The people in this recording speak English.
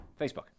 Facebook